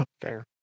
fair